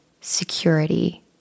security